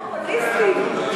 פופוליסטים.